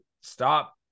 stop